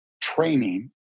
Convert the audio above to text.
training